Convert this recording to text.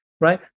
right